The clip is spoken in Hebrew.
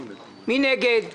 מי נגד?